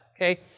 okay